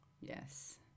Yes